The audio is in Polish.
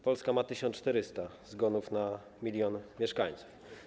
Polska ma 1400 zgonów na 1 mln mieszkańców.